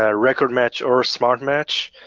ah record match or smart match,